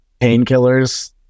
painkillers